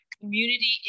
Community